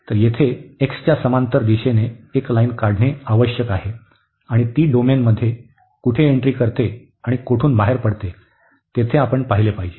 तर येथे x च्या समांतर दिशेने एक लाईन काढणे आवश्यक आहे आणि ती डोमेनमध्ये कुठे एंट्री करते आणि कोठून बाहेर पडते तेथे आपण पाहिले पाहिजे